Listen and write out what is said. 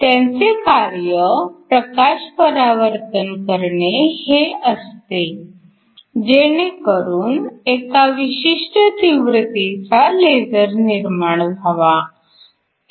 त्यांचे कार्य प्रकाश परावर्तन करणे हे असते जेणेकरून एका विशिष्ट तीव्रतेचा लेझर निर्माण व्हावा